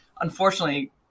unfortunately